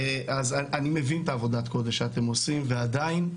אז אני מבין את עבודת הקודש שאתם עושים, ועדיין,